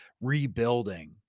rebuilding